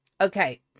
Okay